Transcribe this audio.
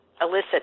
elicit